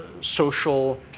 social